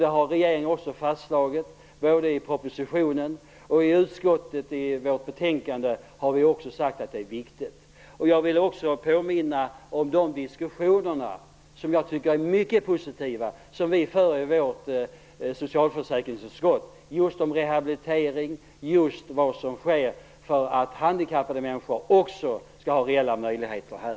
Det har regeringen fastslagit i propositionen, och utskottet har i betänkandet också sagt att det är viktigt. Jag vill påminna om de diskussioner, som jag tycker är mycket positiva, som vi för i vårt socialförsäkringsutskott om just rehabilitering och vad som sker för att också handikappade skall ha reella möjligheter.